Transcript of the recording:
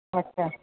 अछा